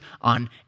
on